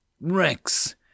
Rex